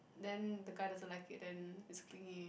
then the guy doesn't like it then it's clingy